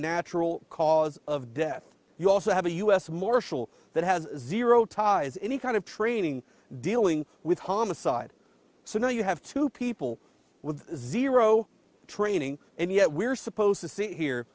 natural cause of death you also have a u s marshal that has zero ties any kind of training dealing with homicide so now you have two people with zero training and yet we're supposed to see here